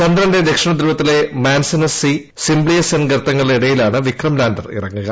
ചന്ദ്രന്റെ ദക്ഷിണധ്രുവത്തിലെ Manzinus C Simpelius N ഗർത്തങ്ങളുടെ ഇടയിലാണ് വിക്രം ലാൻഡർ ഇറങ്ങുക